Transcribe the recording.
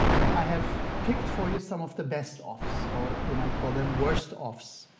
i have picked for you some of the best-ofs or you might call them worst-ofs.